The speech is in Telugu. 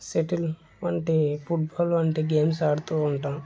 షెటిల్ వంటి ఫుట్బాల్ వంటి గేమ్స్ ఆడుతు ఉంటాం